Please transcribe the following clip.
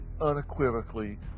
unequivocally